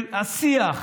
של השיח הרועם,